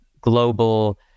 global